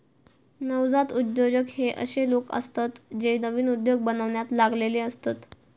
नवजात उद्योजक हे अशे लोक असतत जे नवीन उद्योग बनवण्यात लागलेले असतत